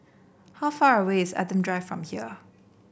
how far away is Adam Drive from here